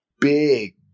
big